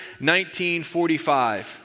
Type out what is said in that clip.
1945